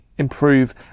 improve